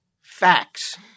facts